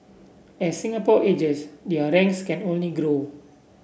as Singapore ages their ranks can only grow